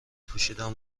پوشیدن